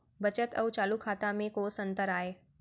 बचत अऊ चालू खाता में कोस अंतर आय?